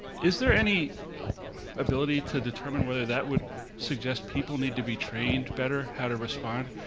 is there any ability to determine whether that would suggest people need to be trained better how to respond?